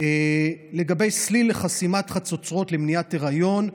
לגבי סליל לחסימת חצוצרות למניעת היריון,